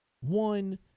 one